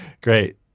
Great